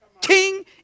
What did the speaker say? king